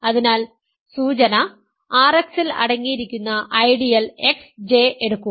അതിനാൽ സൂചന RX ൽ അടങ്ങിയിരിക്കുന്ന ഐഡിയൽ XJ എടുക്കുക